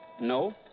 No